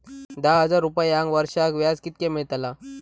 दहा हजार रुपयांक वर्षाक व्याज कितक्या मेलताला?